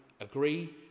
agree